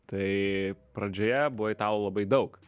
tai pradžioje buvo italo labai daug